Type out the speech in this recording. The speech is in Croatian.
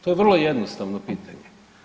To je vrlo jednostavno pitanje.